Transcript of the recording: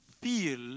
feel